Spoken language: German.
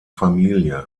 familie